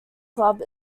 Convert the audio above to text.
club